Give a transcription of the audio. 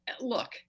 look